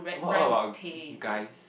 what what about guys